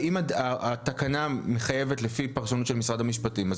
ואם התקנה מחייבת לפי פרשנות של משרד המשפטים,